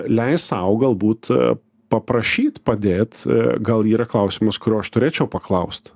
leist sau galbūt paprašyt padėt gal yra klausimas kurio aš turėčiau paklaust